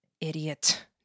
Idiot